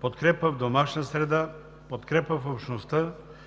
„Подкрепа в домашна среда“, „Подкрепа в общността“,